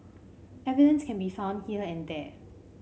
evidence can be found here and there